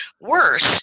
worse